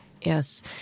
Yes